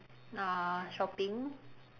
uh shopping